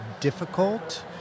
difficult